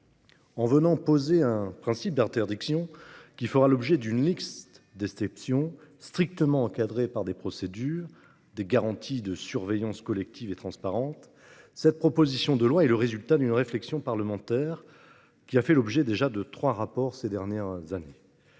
loi viennent poser un principe d'interdiction qui fera l'objet d'une liste d'exceptions strictement encadrées par des procédures et des garanties de surveillance collectives et transparentes. Ce texte est le résultat d'une réflexion parlementaire qui a fait l'objet de trois rapports ces dernières années.